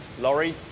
lorry